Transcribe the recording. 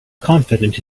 confident